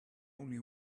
only